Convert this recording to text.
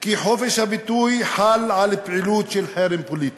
כי חופש הביטוי חל על פעילות של חרם פוליטי,